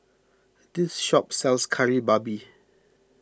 this shop sells Kari Babi